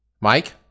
Mike